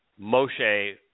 Moshe